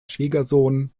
schwiegersohn